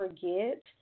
forget